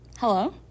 Hello